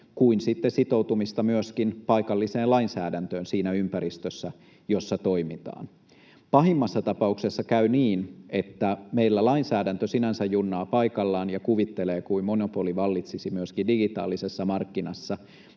sitten sitoutumista myöskin paikalliseen lainsäädäntöön siinä ympäristössä, jossa toimitaan. Pahimmassa tapauksessa käy niin, että meillä lainsäädäntö sinänsä junnaa paikallaan ja kuvittelee, että monopoli vallitsisi myöskin digitaalisessa markkinassa,